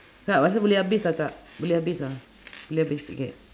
kak rasa boleh habis ah kak boleh habis ah boleh habis okay